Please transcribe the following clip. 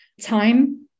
time